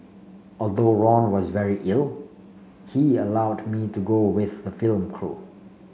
although Ron was very ill he allowed me to go with the film crew